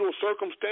circumstance